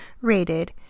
rated